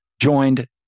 joined